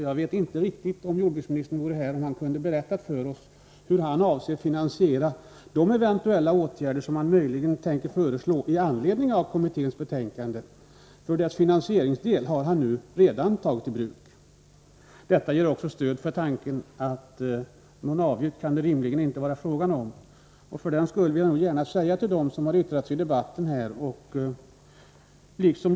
Jag vet inte riktigt om jordbruksministern, om han vore här, kunde berätta för oss hur han avser att finansiera de åtgärder som han möjligen tänker föreslå med anledning av kommitténs betänkande, för dess finansieringsdel har han redan tagit i bruk. Detta ger också stöd för tanken att det rimligen inte kan vara fråga om någon avgift. Till dem som har yttrat sig i debatten och, liksom f.ö.